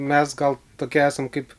mes gal tokie esam kaip